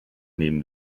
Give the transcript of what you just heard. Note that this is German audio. nehmen